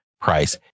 price